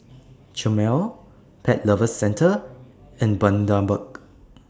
Chomel Pet Lovers Centre and Bundaberg